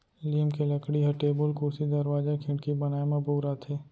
लीम के लकड़ी ह टेबुल, कुरसी, दरवाजा, खिड़की बनाए म बउराथे